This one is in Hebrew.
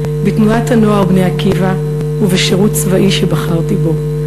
בתנועת הנוער "בני עקיבא" ובשירות צבאי שבחרתי בו,